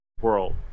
world